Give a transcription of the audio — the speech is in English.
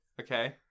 Okay